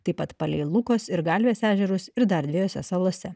taip pat palei lukos ir galvės ežerus ir dar dviejose salose